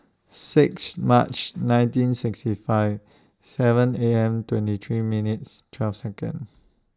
six March nineteen sixty five seven A M twenty three minutes twelve Second